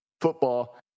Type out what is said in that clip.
football